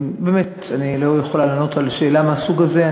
אני לא יכולה לענות על שאלה מהסוג הזה.